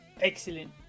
Excellent